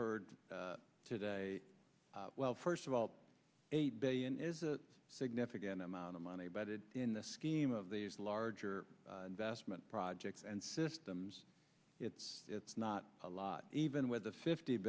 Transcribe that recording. heard today well first of all eight billion is a significant amount of money bedded in the scheme of these larger investment projects and systems it's not a lot even with the fifty